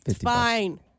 fine